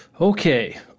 Okay